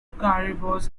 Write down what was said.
caribous